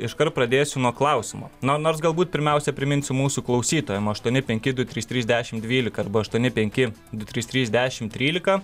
iškart pradėsiu nuo klausimo no nors galbūt pirmiausia priminsiu mūsų klausytojam aštuoni penki du trys trys dešim dvylika arba aštuoni penki du trys trys dešim trylika